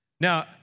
Now